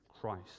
Christ